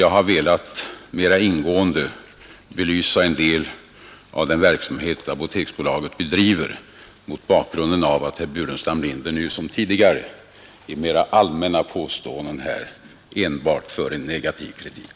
Jag har velat mera ingående belysa en del av den verksamhet Apoteksbolaget bedriver mot bakgrund av att herr Burenstam Linder nu liksom tidigare i mera allmänna påståenden här enbart har fört en negativ kritik.